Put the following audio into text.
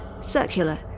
circular